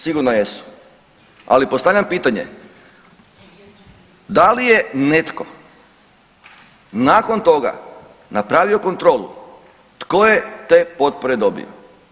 Sigurno jesu, ali postavljam pitanje da li je netko nakon toga napravio kontrolu tko je te potpore dobio?